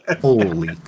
Holy